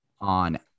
on